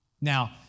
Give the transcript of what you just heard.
Now